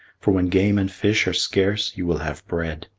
for when game and fish are scarce you will have bread.